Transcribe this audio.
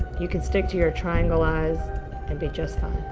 you can stick to your triangle eyes and be just fine.